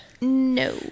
no